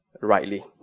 rightly